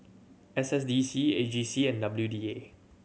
S S D C A G C and W D A